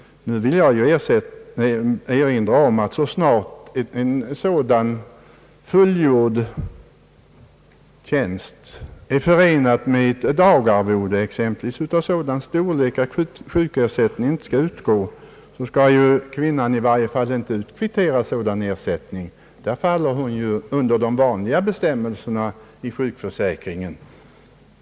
Nu vill jag erinra om att så snart sådan fullgjord tjänst är förenad med dagarvode, exempelvis av sådan storlek att sjukersättning inte skall utgå, skall kvinnan i varje fall inte utkvittera sådan ersättning. Därvidlag faller hon ju under de vanliga bestämmelserna i sjukförsäkringen.